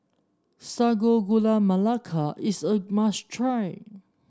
Sago Gula Melaka is a must try